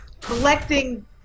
collecting